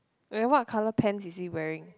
wait what colour pants is he wearing